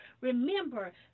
Remember